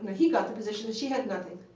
he got the position, and she had nothing.